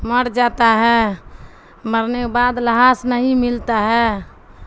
مر جاتا ہے مرنے کے بعد لحاظ نہیں ملتا ہے